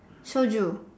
soju